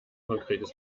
konkretes